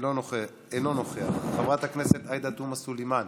אינו נוכח, חברת הכנסת עאידה תומא סלימאן,